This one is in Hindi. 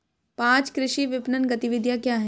पाँच कृषि विपणन गतिविधियाँ क्या हैं?